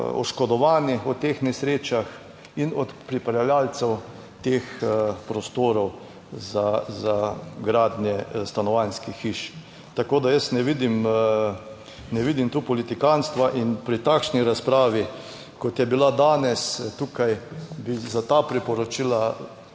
oškodovani o teh nesrečah in od pripravljavcev teh prostorov za gradnje stanovanjskih hiš. Tako da jaz ne vidim, ne vidim tu politikantstva. In pri takšni razpravi, kot je bila danes tukaj, bi za ta priporočila